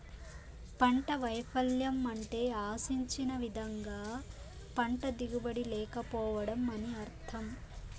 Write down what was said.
పంట వైపల్యం అంటే ఆశించిన విధంగా పంట దిగుబడి లేకపోవడం అని అర్థం